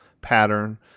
pattern